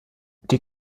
die